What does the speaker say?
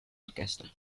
orchestra